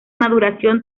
maduración